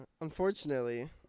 unfortunately